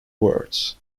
words